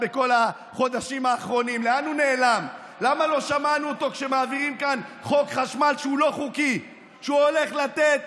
וזה בסדר לחשוב, גם חילוקי דעות